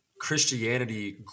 Christianity